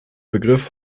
begriff